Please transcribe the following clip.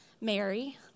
Mary